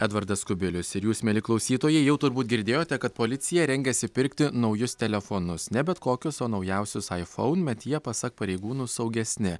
edvardas kubilius ir jūs mieli klausytojai jau turbūt girdėjote kad policija rengiasi pirkti naujus telefonus ne bet kokius o naujausius aifoun met jie pasak pareigūnų saugesni